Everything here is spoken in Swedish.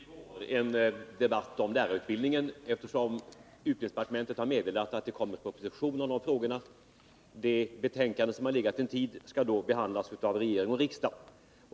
Herr talman! Det blir i vår en debatt om lärarutbildningen, eftersom utbildningsdepartementet har meddelat att det kommer en proposition om de frågorna. Det betänkande som har legat en tid skall då behandlas av regering och riksdag.